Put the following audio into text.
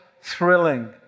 thrilling